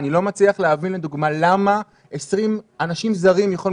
אני לא מצליח להבין למה 20 אנשים זרים יכולים